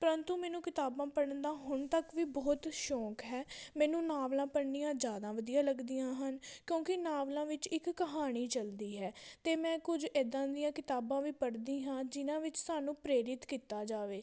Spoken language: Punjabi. ਪਰੰਤੂ ਮੈਨੂੰ ਕਿਤਾਬਾਂ ਪੜ੍ਹਨ ਦਾ ਹੁਣ ਤੱਕ ਵੀ ਬਹੁਤ ਸ਼ੌਕ ਹੈ ਮੈਨੂੰ ਨਾਵਲਾਂ ਪੜ੍ਹਨੀਆਂ ਜ਼ਿਆਦਾ ਵਧੀਆ ਲੱਗਦੀਆਂ ਹਨ ਕਿਉਂਕਿ ਨਾਵਲਾਂ ਵਿੱਚ ਇੱਕ ਕਹਾਣੀ ਚੱਲਦੀ ਹੈ ਅਤੇ ਮੈਂ ਕੁਝ ਇਦਾਂ ਦੀਆਂ ਕਿਤਾਬਾਂ ਵੀ ਪੜ੍ਹਦੀ ਹਾਂ ਜਿਨ੍ਹਾਂ ਵਿੱਚ ਸਾਨੂੰ ਪ੍ਰੇਰਿਤ ਕੀਤਾ ਜਾਵੇ